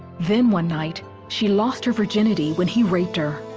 then one night she lost her virginity when he raped her.